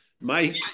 Mike